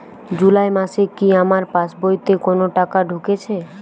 জুলাই মাসে কি আমার পাসবইতে কোনো টাকা ঢুকেছে?